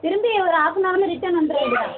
திரும்பி ஒரு half an ஹவரில் ரிட்டன் வந்துட வேண்டியதுதான்